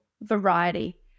variety